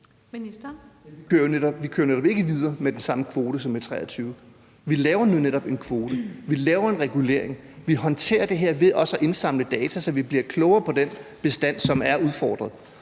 Vi kører netop ikke videre med den samme kvote som i 2023. Vi laver nu netop en kvote. Vi laver en regulering. Vi håndterer det her ved også at indsamle data, så vi bliver klogere på den bestand, som er udfordret,